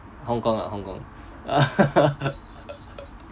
hong kong ah hong kong